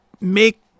make